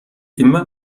immer